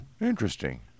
Interesting